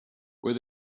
where